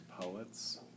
poets